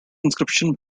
inscription